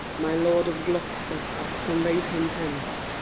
my lord of gloucester hath convey'd him hence.